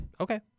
Okay